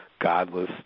godless